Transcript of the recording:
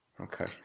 Okay